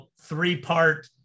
three-part